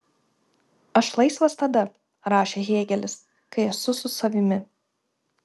aš laisvas tada rašė hėgelis kai esu su savimi